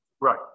Right